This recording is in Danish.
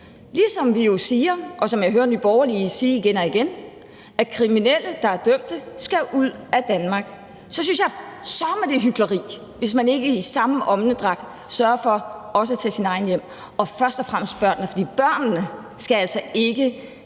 Ligesom vi jo siger, og som jeg hører Nye Borgerlige sige igen og igen, at kriminelle, der er dømte, skal ud af Danmark – så synes jeg søreme, det er hykleri, hvis man ikke i samme åndedrag sørger for også at tage sine egne hjem og først og fremmest børnene. Jeg tror ikke